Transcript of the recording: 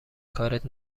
کارت